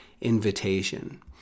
invitation